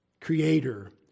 creator